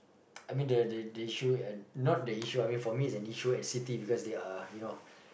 I mean the the the issue uh not the issue I mean for me it's an issue at city because they are you know